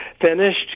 finished